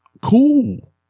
Cool